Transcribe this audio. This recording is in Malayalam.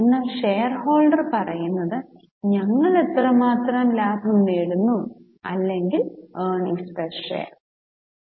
എന്നാൽ ഷെയർഹോൾഡർ പറയുന്നത് ഞങ്ങൾ എത്രമാത്രം ലാഭം നേടുന്നു അല്ലെങ്കിൽ ഏർണിങ്സ് പെർ ഷെയർ